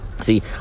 see